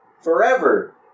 forever